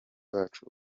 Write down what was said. wacu